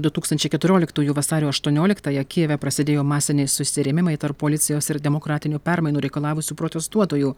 du tūkstančiai keturioliktųjų vasario aštuonioliktąją kijeve prasidėjo masiniai susirėmimai tarp policijos ir demokratinių permainų reikalavusių protestuotojų